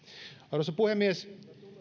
arvoisa puhemies